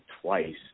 twice